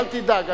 אל תדאג.